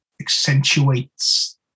accentuates